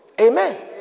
Amen